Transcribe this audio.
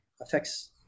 affects